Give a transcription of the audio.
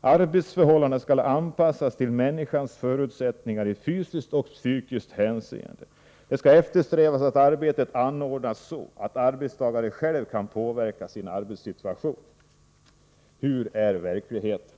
Arbetsförhållandena skall anpassas till människans förutsättningar i fysiskt och psykiskt avseende. Det skall eftersträvas att arbetet anordnas så, att arbetstagare själv kan påverka sin arbetssituation.” Hur är verkligheten?